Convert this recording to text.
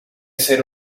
ser